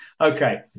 Okay